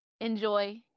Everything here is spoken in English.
enjoy